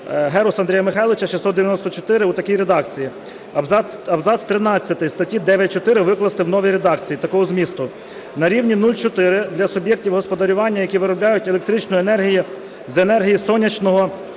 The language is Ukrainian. Геруса Андрія Михайловича 694 у такій редакції: абзац тринадцятий статті 9.4 викласти в новій редакції такого змісту: "на рівні 0,4 – для суб'єктів господарювання, які виробляють електричну енергію з енергії сонячного